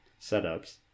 setups